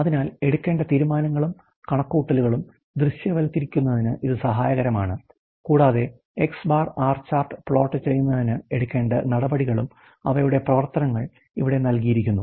അതിനാൽ എടുക്കേണ്ട തീരുമാനങ്ങളും കണക്കുകൂട്ടലുകളും ദൃശ്യവൽക്കരിക്കുന്നതിന് ഇത് സഹായകരമാണ് കൂടാതെ X̄ ആർ ചാർട്ട് പ്ലോട്ട് ചെയ്യുന്നതിന് എടുക്കേണ്ട നടപടികളും അവയുടെ പ്രവർത്തനങ്ങൾ ഇവിടെ നൽകിയിരിക്കുന്നു